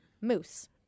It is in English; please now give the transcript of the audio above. Moose